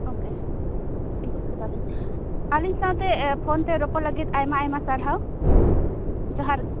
okay ᱵᱩᱡ ᱠᱮᱰᱟ ᱞᱤᱧ ᱟᱹᱞᱤᱧ ᱥᱟᱶᱛᱮ ᱯᱷᱳᱱ ᱛᱮ ᱨᱚᱯᱚᱲ ᱞᱟᱹᱜᱤᱫ ᱟᱭᱢᱟ ᱟᱭᱢᱟ ᱥᱟᱨᱦᱟᱣ ᱦᱚᱦᱟᱨ ᱜᱮ